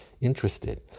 interested